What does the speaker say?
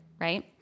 right